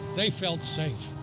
they felt safe.